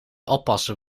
oppassen